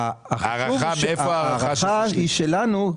ההערכה היא שלנו,